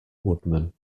woodman